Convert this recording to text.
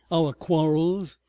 our quarrels,